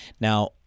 Now